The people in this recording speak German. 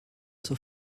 zur